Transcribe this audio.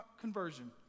conversion